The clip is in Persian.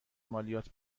مالیات